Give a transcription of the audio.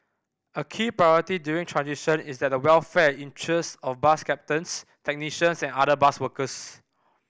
a key priority during transition is that the welfare interest of bus captains technicians and other bus workers